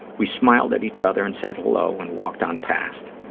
we smiled at each other and said hello and walked on past.